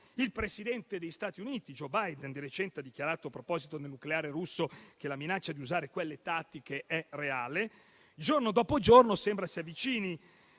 Il presidente degli Stati Uniti, Joe Biden, di recente ha dichiarato, a proposito del nucleare russo, che la minaccia di usare le bombe tattiche è reale. Giorno dopo giorno sembra ci si avvicini